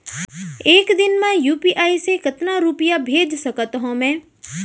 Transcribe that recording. एक दिन म यू.पी.आई से कतना रुपिया भेज सकत हो मैं?